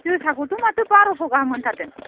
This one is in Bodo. जोसाखौथ' माथो बार'स' गाहाम होनथारदों